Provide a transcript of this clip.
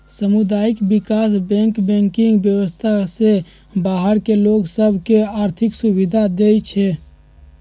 सामुदायिक विकास bank banking व्यवस्था से बाहर के लोग सभ के आर्थिक सुभिधा देँइ छै